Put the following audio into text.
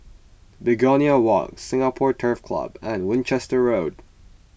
Begonia Walk Singapore Turf Club and Winchester Road